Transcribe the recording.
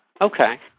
Okay